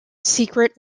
secret